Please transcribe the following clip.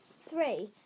Three